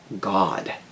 God